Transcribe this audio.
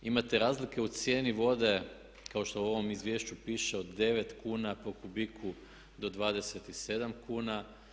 Imate razlike u cijeni vode kao što u ovom izvješću piše od 9 kuna po kubiku do 27 kuna.